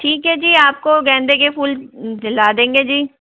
ठीक है जी आपको गेंदे के फूल दिला देंगे जी